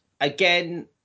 Again